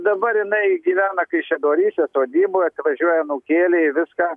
dabar jinai gyvena kaišiadoryse sodyboj atvažiuoja anūkėliai viską